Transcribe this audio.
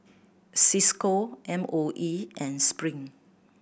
Cisco M O E and Spring